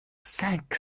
cinq